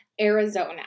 Arizona